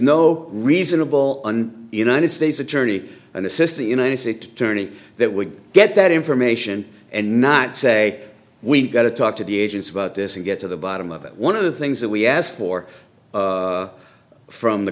no reasonable and united states attorney and assistant united six tourney that would get that information and not say we've got to talk to the agents about this and get to the bottom of it one of the things that we asked for from the